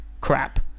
crap